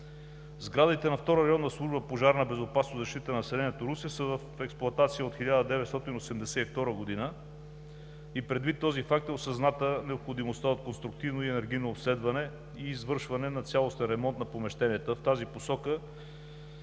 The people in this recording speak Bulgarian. Сградите на Втора районна служба „Пожарна безопасност и защита на неселението“ – Русе, са в експлоатация от 1982 г. Предвид този факт е осъзната необходимостта от конструктивно и енергийно обследване и извършване на цялостен ремонт на помещенията. В тази посока